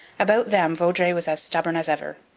about them vaudreuil was as stubborn as ever.